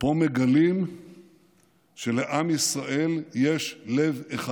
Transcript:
פה מגלים שלעם ישראל יש לב אחד.